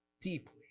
deeply